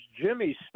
Jimmy